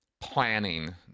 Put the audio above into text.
planning